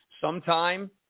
Sometime